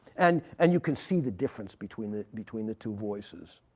and and you can see the difference between the between the two voices.